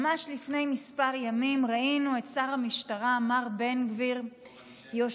ממש לפני כמה ימים ראינו את שר המשטרה מר בן גביר יושב,